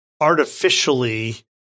artificially